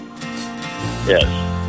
yes